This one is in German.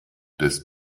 des